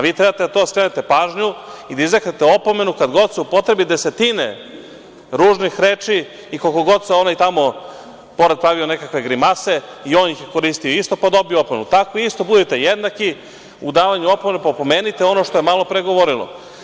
Vi treba na to da skrenete pažnju i da izreknete opomenu kad god se upotrebi desetine ružnih reči i koliko god onaj tamo pravio nekakve grimase, i on ih je koristio isto, pa dobio opomenu, tako isto budite jednaki u davanju opomena, pa opomenite ono što je malopre govoreno.